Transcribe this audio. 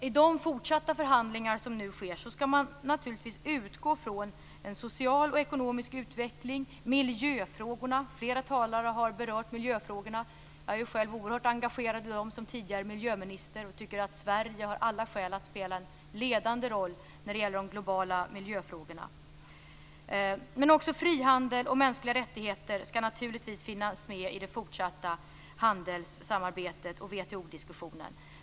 I de fortsatta förhandlingar som nu äger rum skall man naturligtvis utgå från en social och ekonomisk utveckling och miljöfrågorna - flera talare har berört miljöfrågorna, och jag är ju själv oerhört engagerad i dem som tidigare miljöminister och tycker att Sverige har alla skäl att spela en ledande roll när det gäller de globala miljöfrågorna - men också frihandel och mänskliga rättigheter skall naturligtvis finnas med i det fortsatta handelssamarbetet och WTO-diskussionen.